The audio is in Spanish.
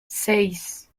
seis